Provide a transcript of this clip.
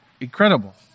incredible